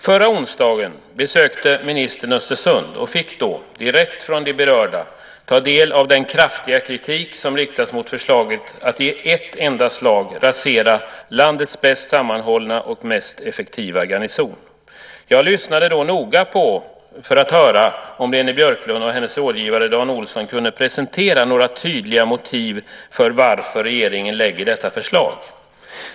Förra onsdagen besökte ministern Östersund och fick då, direkt från de berörda, ta del av den kraftiga kritik som riktas mot förslaget att i ett enda slag rasera landets bäst sammanhållna och mest effektiva garnison. Jag lyssnade då noga för att höra om Leni Björklund och hennes rådgivare Dan Olsson kunde presentera några tydliga motiv för varför regeringen lägger fram detta förslag.